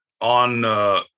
on